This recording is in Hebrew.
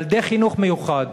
ילדי חינוך מיוחד.